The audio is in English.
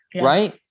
right